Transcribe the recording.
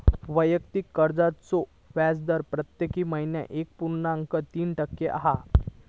वैयक्तिक कर्जाचो व्याजदर प्रत्येक महिन्याक एक पुर्णांक तीन टक्के हा